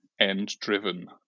end-driven